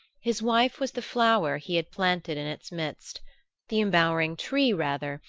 his wife was the flower he had planted in its midst the embowering tree, rather,